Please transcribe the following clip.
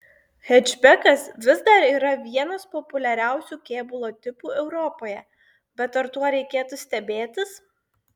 hečbekas vis dar yra vienas populiariausių kėbulo tipų europoje bet ar tuo reikėtų stebėtis